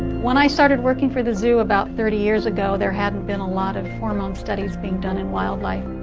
when i started working for the zoo about thirty years ago there hadn't been a lot of hormone studies being done in wildlife.